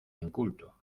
inculto